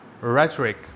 rhetoric